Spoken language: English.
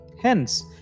Hence